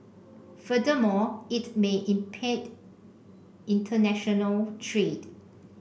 furthermore it may impede international trade